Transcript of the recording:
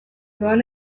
doan